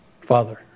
Father